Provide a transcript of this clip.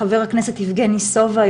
חבר הכנסת יבגני סובה,